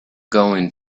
going